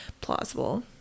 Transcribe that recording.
Plausible